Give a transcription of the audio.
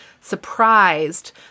surprised